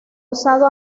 usado